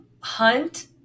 Hunt